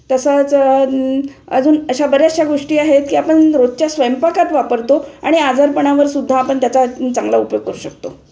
तसंच अजून अशा बऱ्याचशा गोष्टी आहेत की आपण रोजच्या स्वयंपाकात वापरतो आणि आजारपणावरसुद्धा आपण त्याचा चांगला उपयोग करू शकतो